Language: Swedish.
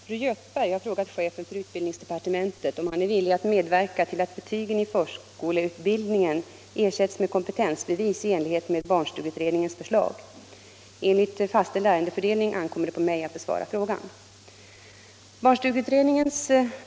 Herr talman! Fru Göthberg har frågat chefen för utbildningsdepartementet om han är villig att medverka till att betygen i förskoleutbildningen ersätts med kompetensbevis i enlighet med barnstugeutredningens förslag. Enligt fastställd ärendefördelning ankommer det på mig att besvara frågan.